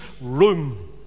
room